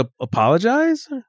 apologize